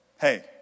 hey